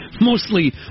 Mostly